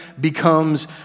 becomes